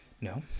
No